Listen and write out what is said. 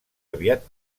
aviat